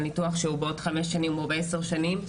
על ניתוח שהוא בעוד חמש שנים או עשר שנים,